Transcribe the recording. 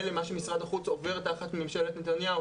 למה שמשרד החוץ עובר תחת ממשלת נתניהו,